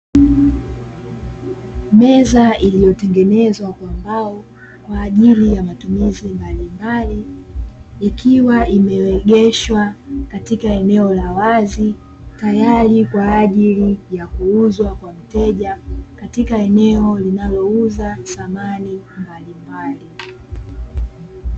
Meza iliyotengenezwa kwa mbao kwa ajili ya matumizi mbalimbali, ikiwa imeegeshwa katika eneo la wazi kwa ajili ya kuuzwa kwa mteja katika eneo linalouza samani mbalimbali.